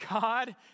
God